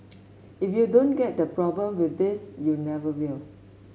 if you don't get the problem with this you never will